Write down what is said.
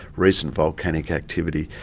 recent volcanic activity,